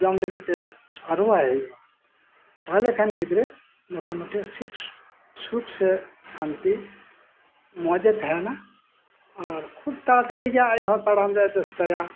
ᱡᱚᱢ ᱞᱟᱹᱜᱤᱫ ᱛᱮ ᱟᱹᱨᱩᱣᱟᱭ ᱡᱩᱭᱩᱜᱼᱟ ᱛᱟᱦᱚᱞᱮ ᱠᱷᱟᱱ ᱜᱤᱫᱽᱨᱟᱹ ᱢᱳᱴᱟ ᱢᱩᱴᱤ ᱴᱷᱤᱠ ᱥᱩᱠᱷ ᱥᱮ ᱥᱟᱱᱛᱤ ᱢᱚᱸᱡᱮ ᱛᱟᱸᱦᱮᱱᱟ ᱟᱨ ᱠᱷᱩᱵ ᱛᱟᱲᱟ ᱛᱟᱲᱤ ᱜᱮ ᱟᱡᱦᱚᱸ ᱛᱟᱲᱟᱢ ᱨᱮᱭᱟᱜ ᱮ ᱪᱮᱥᱴᱟᱭᱟ